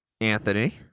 anthony